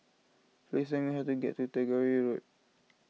please tell me how to get to Tagore Road